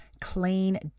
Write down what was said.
clean